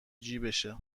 جیبشه